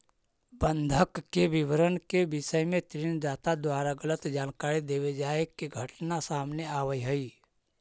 बंधक के विवरण के विषय में ऋण दाता द्वारा गलत जानकारी देवे जाए के घटना सामने आवऽ हइ